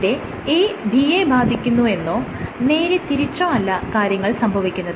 ഇവിടെ A B യെ ബാധിക്കുന്നു എന്നോ നേരെ തിരിച്ചോ അല്ല കാര്യങ്ങൾ സംഭവിക്കുന്നത്